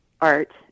art